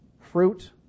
fruit